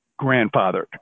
grandfathered